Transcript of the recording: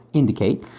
indicate